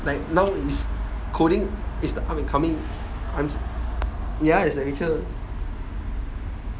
like now is coding is the up and coming I'm ya it's like rachel